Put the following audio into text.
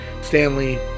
Stanley